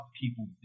people